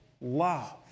love